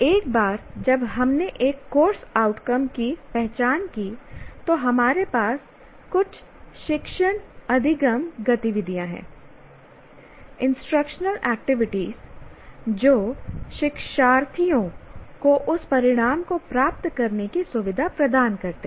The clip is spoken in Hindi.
एक बार जब हमने एक कोर्स आउटकम की पहचान की तो हमारे पास कुछ शिक्षण अधिगम गतिविधियाँ हैं इंस्ट्रक्शनल एक्टिविटीज जो शिक्षार्थियों को उस परिणाम को प्राप्त करने की सुविधा प्रदान करते हैं